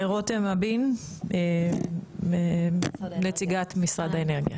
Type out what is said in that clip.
רותם אבין נציגת משרד האנרגיה.